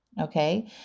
Okay